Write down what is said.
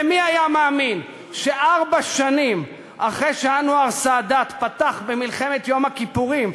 ומי היה מאמין שארבע שנים אחרי שאנואר סאדאת פתח במלחמת יום הכיפורים,